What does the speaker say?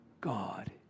God